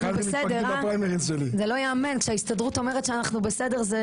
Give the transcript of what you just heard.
זה לא יאמן שההסתדרות אומרת שאנחנו בסדר.